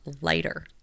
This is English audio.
lighter